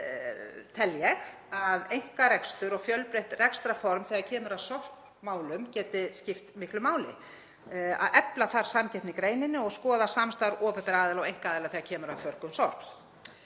Ég tel að einkarekstur og fjölbreytt rekstrarform þegar kemur að sorpmálum geti skipt miklu máli. Efla þarf samkeppni í greininni og skoða samstarf opinberra aðila og einkaaðila þegar kemur að förgun sorps.